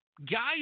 Guys